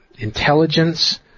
Intelligence